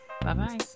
Bye-bye